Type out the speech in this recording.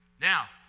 now